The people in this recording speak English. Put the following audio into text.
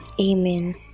Amen